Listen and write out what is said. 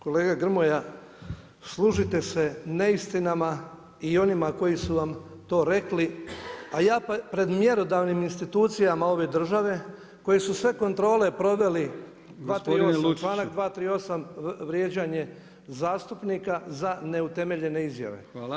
Kolega Grmoja, služite se neistinama i onima koji su vam to rekli, a ja pred mjerodavnim institucijama ove države koje su sve kontrole proveli, … [[Upadica se ne razumije.]] članak 238. vrijeđanje zastupnika za neutemeljene izjave.